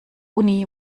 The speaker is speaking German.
uni